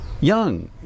young